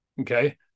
okay